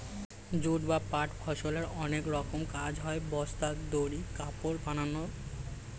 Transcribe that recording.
jute বা পাট ফসলের অনেক রকমের কাজ হয়, বস্তা, দড়ি, কাপড় বানায়